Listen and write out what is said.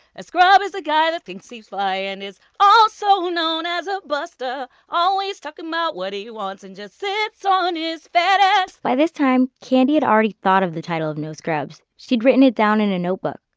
a scrub is a guy that thinks he's fly and is also known as a busta, always talking about what he wants and just sits on his fat ah a by this time, kandi had already thought of the title of no scrubs. she'd written it down in a notebook.